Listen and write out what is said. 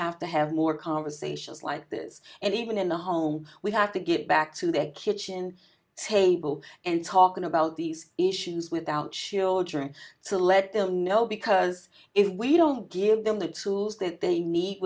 have to have more conversations like this and even in the home we have to get back to the kitchen table and talking about these issues without children so let them know because if we don't give them the tools that they need